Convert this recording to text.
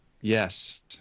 Yes